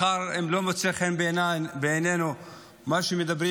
מחר אם משהו לא ימצא חן בעינינו במה שמדברים,